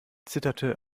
zitterte